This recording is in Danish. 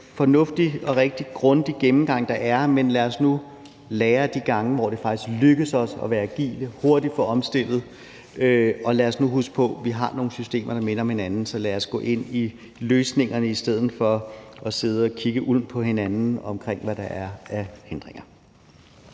fornuftig og rigtig grundig gennemgang, der er her, men lad os nu lære af de gange, hvor det faktisk lykkes os at være agile og hurtigt få omstillet. Og lad os nu huske på, at vi har nogle systemer, der minder om hinanden, så lad os gå ind i løsningerne i stedet for at sidde og kigge olmt på hinanden, i forhold til hvad der er af hindringer.